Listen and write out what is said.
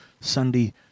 Sunday